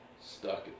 stuck